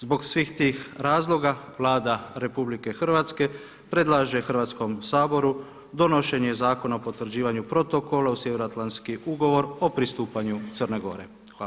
Zbog svih tih razloga Vlada RH predlaže Hrvatskom saboru donošenje Zakona o potvrđivanju protokola uz sjevernoatlantski ugovor o pristupanju Crne Gore.